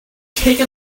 take